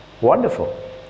Wonderful